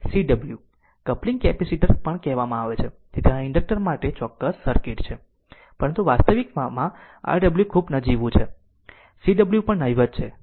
તેથી આને cup Cw coupling capacitor કહેવામાં આવે છે તેથી આ ઇન્ડક્ટર માટે ચોક્કસ સર્કિટ છે પરંતુ વાસ્તવિકતામાં Rw ખૂબ નજીવું છે અને cw પણ નહિવત્ છે